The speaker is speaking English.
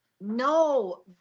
No